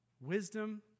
Wisdom